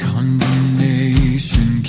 Condemnation